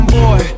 boy